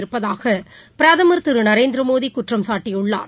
இருப்பதாகபிரதமர் திருநரேந்திரமோடிகுற்றம்சாட்டியுள்ளார்